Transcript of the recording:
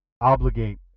obligate